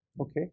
Okay